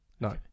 no